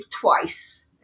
twice